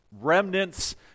remnants